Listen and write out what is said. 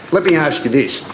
let me ask you this.